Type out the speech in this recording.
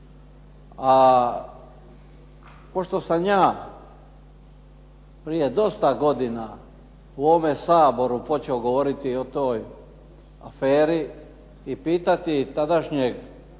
a pošto sam ja prije dosta godina u ovome Saboru počeo govoriti o toj aferi i pitati tadašnjeg